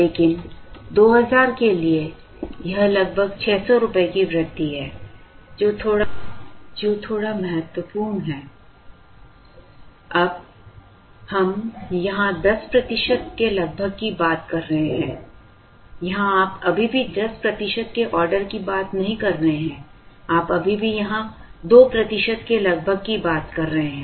लेकिन 2000 के लिए यह लगभग 600 रुपये की वृद्धि है जो थोड़ा महत्वपूर्ण है अब हम यहां 10 प्रतिशत के लगभग की बात कर रहे हैं यहाँ आप अभी भी 10 प्रतिशत के ऑर्डर की बात नहीं कर रहे हैं आप अभी भी यहाँ 2 प्रतिशत के लगभग की बात कर रहे हैं